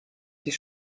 sich